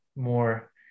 more